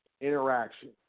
interaction